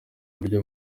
buryo